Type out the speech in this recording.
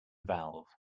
valve